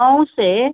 मऊ से